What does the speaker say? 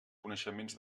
coneixements